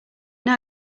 now